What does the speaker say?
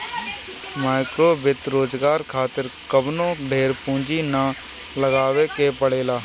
माइक्रोवित्त रोजगार खातिर कवनो ढेर पूंजी ना लगावे के पड़ेला